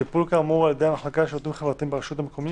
"טיפול כאמור על ידי המחלקות לשירותים חברתיים ברשויות המקומיות"